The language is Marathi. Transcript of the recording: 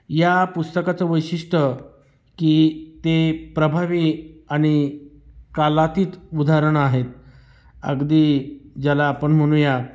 या पुस्तकाचं वैशिष्ट्य की ते प्रभावी आणि कालातीत उदाहरणं आहेत अगदी ज्याला आपण म्हणूया